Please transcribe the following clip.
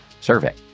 survey